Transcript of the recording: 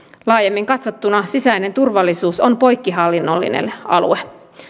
laajemmin katsottuna sisäinen turvallisuus on poikkihallinnollinen alue